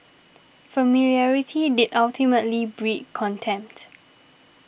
familiarity did ultimately breed contempt